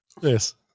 Yes